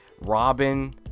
robin